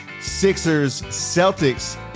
Sixers-Celtics